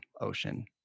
ocean